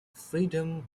freedom